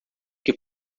que